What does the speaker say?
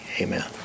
amen